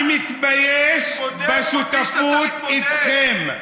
אני מתבייש בשותפות איתכם.